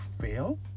fail